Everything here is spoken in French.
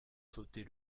sauter